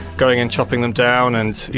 going and chopping them down and, you